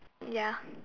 ya